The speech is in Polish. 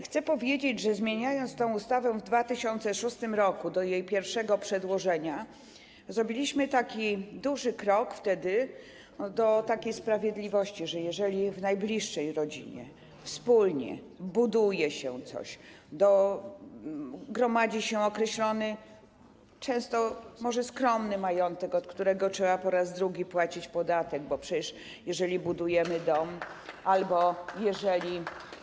Chcę powiedzieć, że zmieniając tę ustawę w 2006 r., jeśli chodzi o jej pierwsze przedłożenie, zrobiliśmy wtedy duży krok w stronę takiej sprawiedliwości, że jeżeli w najbliższej rodzinie wspólnie coś się buduje, gromadzi się określony, często może skromny majątek, od którego trzeba po raz drugi płacić podatek, bo przecież jeżeli budujemy dom albo jeżeli.